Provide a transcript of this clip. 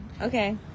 Okay